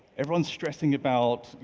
everyone's stressing about, you